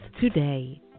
today